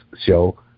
show